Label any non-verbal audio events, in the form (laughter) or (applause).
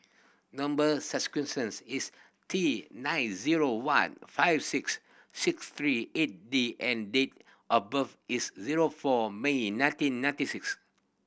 number (unintelligible) is T nine zero one five six six three eight D and date of birth is zero four May nineteen ninety six